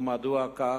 ומדוע כך?